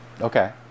Okay